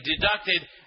deducted